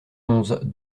onze